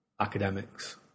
academics